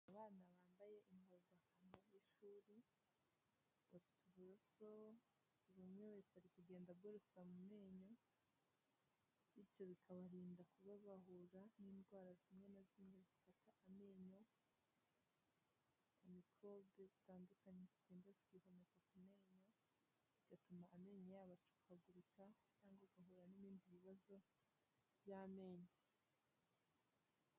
Abana bambaye impuzankano y'ishuri, bafite uburoso, buri umwe wese ari kugenda aborosa mu menyo, bityo bikabarinda kuba bahura n'indwara zimwe na zimwe zifata amenyo, mikorobe zitandukanye zigenda zikihomeka ku menyo, zigatuma amenyo yabo acukagurika cyangwa agahura n'ibindi bibazo by'amenyo.